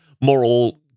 moral